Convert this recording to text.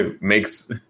makes